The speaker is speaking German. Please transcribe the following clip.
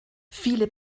viele